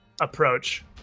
approach